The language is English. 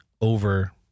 over